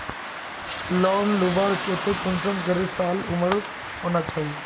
Loan लुबार केते कुंसम करे साल उमर होना चही?